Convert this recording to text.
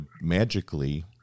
magically